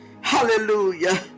hallelujah